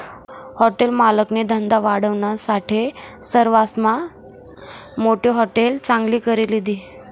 hotel मालकनी धंदा वाढावानासाठे सरवासमा मोठी हाटेल चांगली करी लिधी